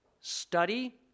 Study